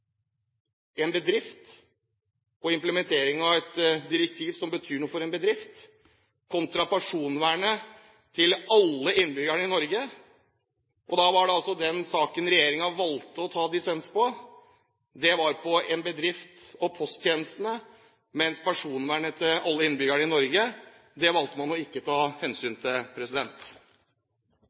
implementering av et direktiv som betyr noe for en bedrift, kontra personvernet til alle innbyggerne i Norge. Og den saken regjeringen valgte å ta dissens på, gjaldt en bedrift og posttjenestene, mens personvernet til alle innbyggerne i Norge valgte man ikke å ta hensyn til.